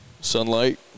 sunlight